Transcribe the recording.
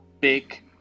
big